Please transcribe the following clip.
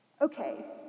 Okay